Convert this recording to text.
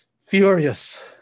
Furious